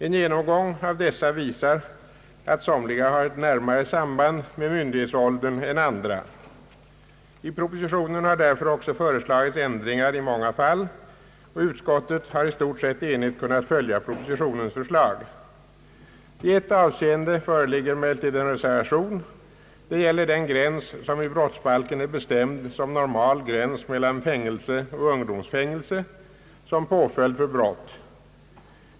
En genomgång av dessa visar att somliga har ett närmare samband med myndighetsåldern än andra. I proposi tionen har därför också föreslagits ändringar i många fall, och utskottet har i stort sett enigt kunnat följa propositionens förslag. I ett avseende föreligger emellertid en reservation. Det gäller den ålder som i brottsbalken är bestämd som normal gräns mellan fängelse och ungdomsfängelse som påföljd för brott.